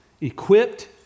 equipped